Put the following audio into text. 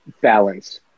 balance